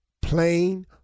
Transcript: Plain